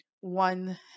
one